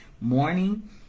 morning